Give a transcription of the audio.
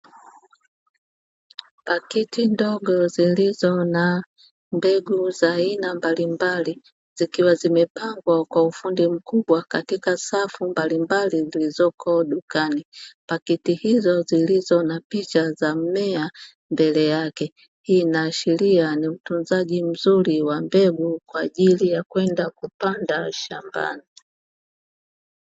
Pakiti ndogo zilizo na mbegu za aina mbalimbali zikiwa zimepangwa kwa ufundi mkubwa katika safu mbalimbali zilizoko dukani. Pakiti hizo zilizo na picha za mmea mbele yake, hii inaashiria ni utunzaji mzuri wa mbegu kwa ajili ya kwenda kupanda shambani.